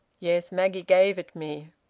yes. maggie gave it me.